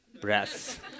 breath